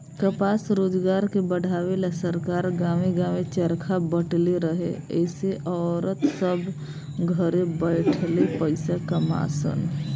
कपास रोजगार के बढ़ावे ला सरकार गांवे गांवे चरखा बटले रहे एसे औरत सभ घरे बैठले पईसा कमा सन